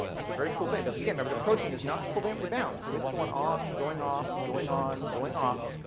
that's a very cool thing. because, again, remember, the protein is not covalently bound, so it's going on, going off, going on, going off.